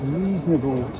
reasonable